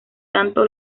tanto